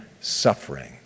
suffering